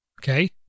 Okay